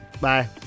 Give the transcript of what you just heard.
Bye